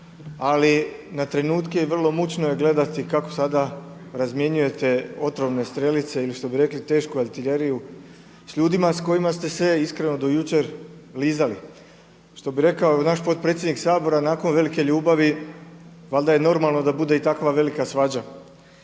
ali na trenutke i vrlo mučno je gledati kako sada razmjenjujete otrovne strelice ili što bi rekli tešku artiljeriju s ljudima s kojima ste se iskreno do jučer lizali. Što bi rekao naš potpredsjednik Sabora nakon velike ljubavi valjda je i normalno da bude i takva velika svađa.